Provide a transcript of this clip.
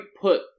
put